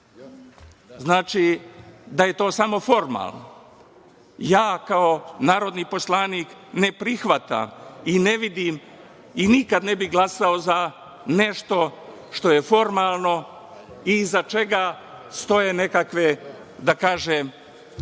da je to samo formalno. Ja, kao narodni poslanik ne prihvatam, ne vidim i nikada ne bih glasao za nešto što je formalno i iza čega stoje nekakve sasvim